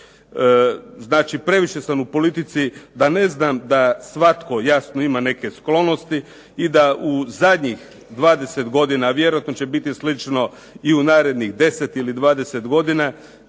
Znači, previše sam u politici da ne znam da svatko jasno ima neke sklonosti i da u zadnjih 20 godina vjerojatno će biti slično i u narednih deset ili dvadeset